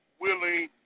willing